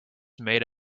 made